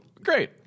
Great